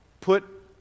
put